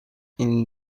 این